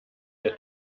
der